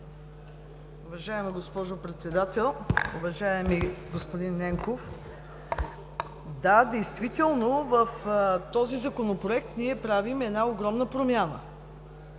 Уважаема госпожо Председател, уважаеми господин Ненков! Да, действително в този Законопроект ние правим една огромна промяна,